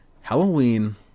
Halloween